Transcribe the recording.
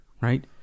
right